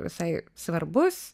visai svarbus